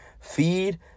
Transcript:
Feed